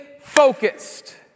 focused